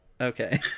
okay